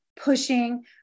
pushing